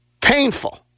painful